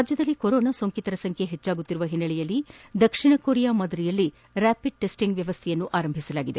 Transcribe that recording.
ರಾಜ್ಯದಲ್ಲಿ ಕೊರೊನಾ ಸೋಂಕಿತರ ಸಂಬ್ಧೆ ಹೆಚ್ಚಾಗುತ್ತಿರುವ ಹಿನ್ನೆಲೆಯಲ್ಲಿ ದಕ್ಷಿಣ ಕೊರಿಯಾ ಮಾದರಿಯಲ್ಲಿ ರ್ಕಾಪಿಡ್ ಟೆಸ್ಟಿಂಗ್ ವ್ಯವಸ್ಥೆಯನ್ನು ಆರಂಭಿಸಲಾಗಿದೆ